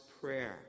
prayer